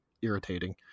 irritating